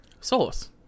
Sauce